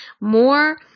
more